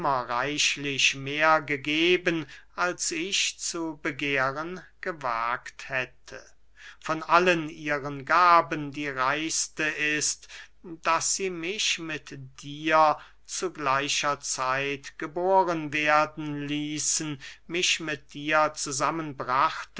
reichlich mehr gegeben als ich zu begehren gewagt hätte von allen ihren gaben die reichste ist daß sie mich mit dir zu gleicher zeit geboren werden ließen mich mit dir zusammen brachten